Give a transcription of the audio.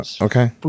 Okay